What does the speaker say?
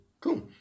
Cool